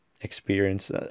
experience